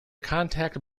contact